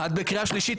את בקריאה שלישית.